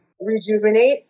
rejuvenate